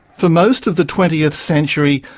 for most of the twentieth century,